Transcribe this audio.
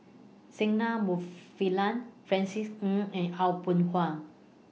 Singai Mufilan Francis Ng and Aw Boon Haw